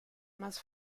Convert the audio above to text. más